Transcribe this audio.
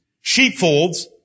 sheepfolds